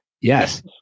Yes